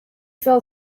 fell